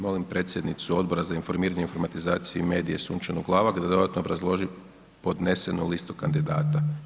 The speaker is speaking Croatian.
Molim predsjednicu Odbora za informiranje, informatizaciju i medije Sunčanu Glavak da dodatno obrazloži podnesenu listu kandidata.